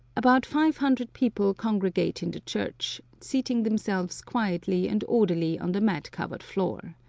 about five hundred people congregate in the church, seating themselves quietly and orderly on the mat-covered floor.